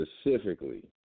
specifically